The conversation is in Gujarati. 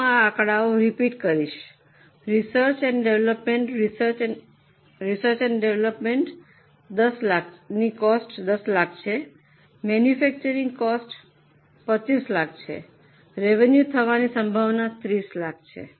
હું આ આંકડાઓ રીપીટ કરીશ research and development cost 10 lakh છે મૈન્યફૈક્ચરિંગ કોસ્ટ 25 લાખ છે રેવન્યૂ થવાની સંભાવના 30 લાખ છે